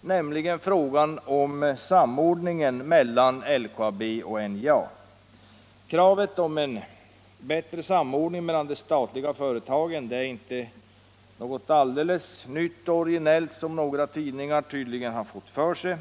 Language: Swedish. nämligen frågan om samordningen mellan LKAB och NJA. Kravet på en bättre samordning mellan de statliga företagen är inte alldeles nytt och originellt, som några tidningar tydligen har fått för sig.